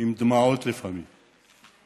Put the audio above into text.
עם דמעות, לפעמים,